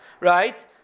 right